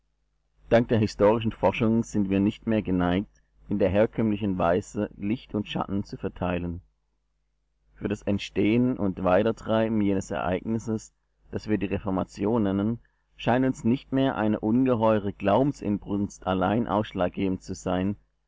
dank der historischen forschung sind wir nicht mehr geneigt in der herkömmlichen weise licht und schatten zu verteilen für das entstehen und weitertreiben jenes ereignisses das wir die reformation nennen scheint uns nicht mehr eine ungeheure glaubensinbrunst allein ausschlaggebend zu sein